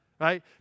right